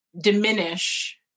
diminish